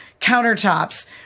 countertops